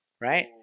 right